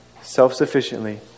Self-sufficiently